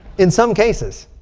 in some cases,